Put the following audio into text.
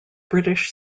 british